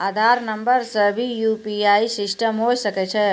आधार नंबर से भी यु.पी.आई सिस्टम होय सकैय छै?